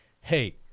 Hey